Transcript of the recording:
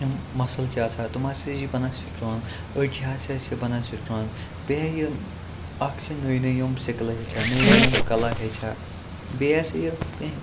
یِم مَسٕل چھِ آسان تِم ہَسا چھِ بَنان سٕٹرانٛگ أڈجہِ ہَسا چھِ بَنان سٕٹرانٛگ بیٚیہِ ہا یِم اَکھ چھِ نٔے نٔے یِم سِکلہٕ ہیٚچھان نٔے نٔے یِم کَلا ہیٚچھان بیٚیہِ ہَسا یہِ کیٚنٛہہ